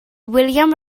william